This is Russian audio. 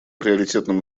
приоритетным